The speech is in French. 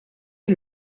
est